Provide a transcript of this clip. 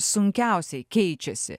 sunkiausiai keičiasi